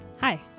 Hi